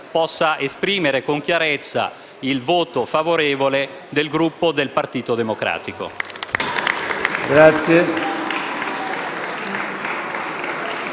posso esprimere con chiarezza il voto favorevole del Gruppo del Partito Democratico.